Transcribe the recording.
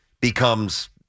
becomes